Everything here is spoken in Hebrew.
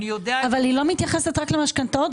אבל היא לא מתייחסת רק למשכנתאות,